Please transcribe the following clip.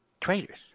Traitors